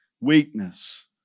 weakness